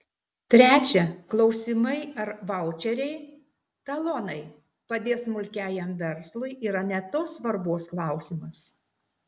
trečia klausimai ar vaučeriai talonai padės smulkiajam verslui yra ne tos svarbos klausimas